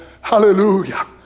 Hallelujah